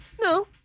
No